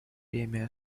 время